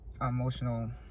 emotional